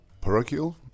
parochial